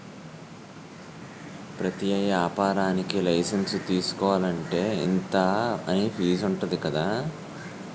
ప్రతి ఏపారానికీ లైసెన్సు తీసుకోలంటే, ఇంతా అని ఫీజుంటది కదా